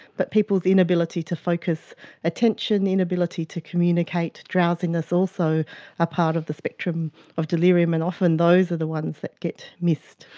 but people's inability to focus attention, inability to communicate, drowsiness are also a part of the spectrum of delirium, and often those are the ones that get missed.